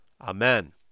Amen